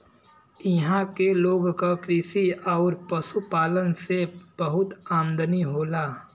इहां के लोग क कृषि आउर पशुपालन से बहुत आमदनी होला